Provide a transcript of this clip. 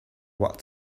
what